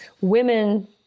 women